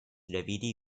revidi